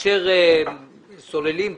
כאשר סוללים כביש,